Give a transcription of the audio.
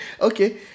Okay